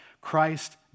Christ